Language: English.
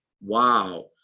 wow